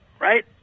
right